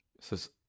says